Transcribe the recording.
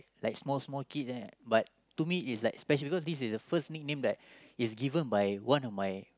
like small small kid right but to me is like special cause this is the first nickname that is given by one of my